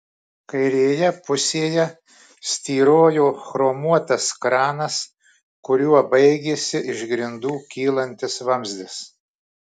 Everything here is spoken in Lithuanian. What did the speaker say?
kairėje pusėje styrojo chromuotas kranas kuriuo baigėsi iš grindų kylantis vamzdis